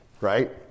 right